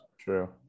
true